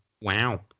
Wow